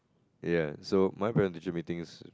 ya so my primary teaching meeting is